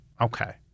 Okay